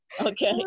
Okay